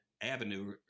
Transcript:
avenue